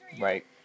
Right